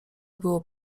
było